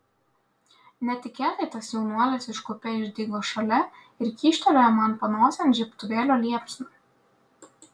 netikėtai tas jaunuolis iš kupė išdygo šalia ir kyštelėjo man panosėn žiebtuvėlio liepsną